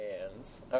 hands